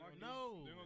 no